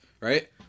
right